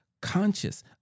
conscious